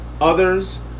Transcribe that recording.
Others